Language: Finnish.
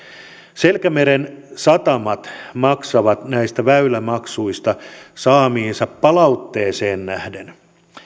selkämeren satamat maksavat näistä väylämaksuista saamaansa palautteeseen nähden